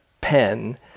pen